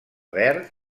verd